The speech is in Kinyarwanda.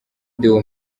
deo